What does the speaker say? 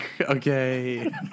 Okay